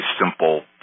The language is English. simple